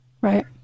Right